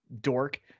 dork